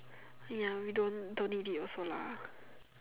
ya we don't don't need it also lah